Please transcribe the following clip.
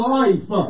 life